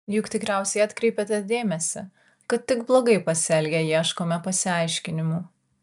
juk tikriausiai atkreipėte dėmesį kad tik blogai pasielgę ieškome pasiaiškinimų